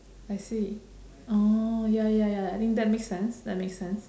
I see orh ya ya ya I think that makes sense that makes sense